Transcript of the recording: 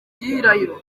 gihirahiro